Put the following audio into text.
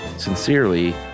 Sincerely